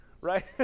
right